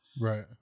Right